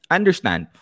understand